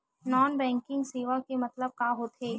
Non banking सेवा के मतलब का होथे?